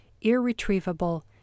irretrievable